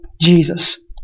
Jesus